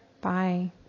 Bye